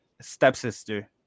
stepsister